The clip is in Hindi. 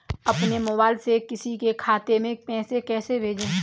अपने मोबाइल से किसी के खाते में पैसे कैसे भेजें?